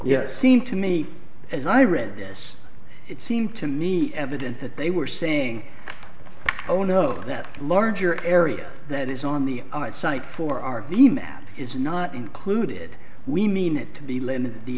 yes seemed to me as i read this it seemed to me evidence that they were saying oh no that larger area that is on the site for our the map is not included we mean it to be limited t